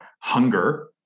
hunger